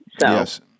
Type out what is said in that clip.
Yes